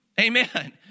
Amen